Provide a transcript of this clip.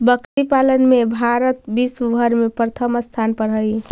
बकरी पालन में भारत विश्व भर में प्रथम स्थान पर हई